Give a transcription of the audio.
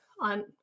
on